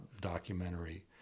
documentary